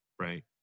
right